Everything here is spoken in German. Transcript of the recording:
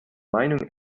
meinung